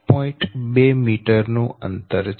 2 metre નું અંતર છે